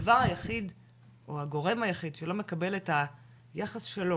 הדבר היחיד או הגורם היחיד שלא מקבל את היחס שלו